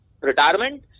retirement